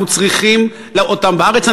אנחנו צריכים אותם בארץ.